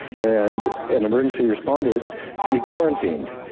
and an emergency responders to be quarantined.